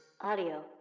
audio